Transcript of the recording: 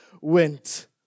Went